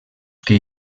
que